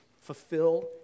Fulfill